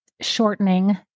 shortening